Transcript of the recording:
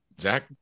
Zach